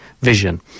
vision